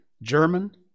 German